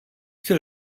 jsi